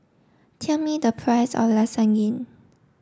tell me the price of Lasagne